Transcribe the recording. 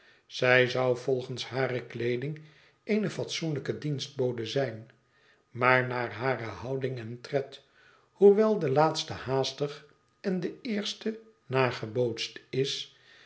zij zou volgens hare kleeding eene fatsoenlijke dienstbode zijn maar naar hare houding en tred hoewel de laatste haastig en de eerste nagebootst is